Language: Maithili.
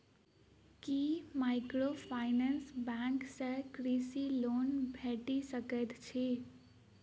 की माइक्रोफाइनेंस बैंक सँ कृषि लोन भेटि सकैत अछि?